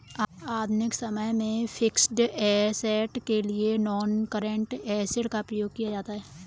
आधुनिक समय में फिक्स्ड ऐसेट के लिए नॉनकरेंट एसिड का प्रयोग किया जाता है